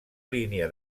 línia